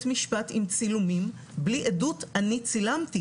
משפט עם צילומים בלי עדות 'אני צילמתי',